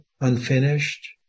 unfinished